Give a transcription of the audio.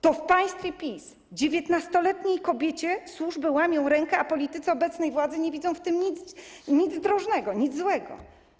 To w państwie PiS 19-letniej kobiecie służby łamią rękę, a politycy obecnej władzy nie widzą w tym nic zdrożnego, nic złego.